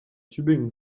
tübingen